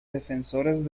defensores